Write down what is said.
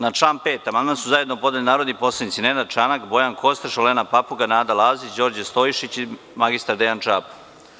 Na član 5. amandman su zajedno podneli narodni poslanici Nenad Čanak, Bojan Kostreš, Olena Papuga, Nada Lazić, Đorđe Stojšić i magistar Dejan Čapo.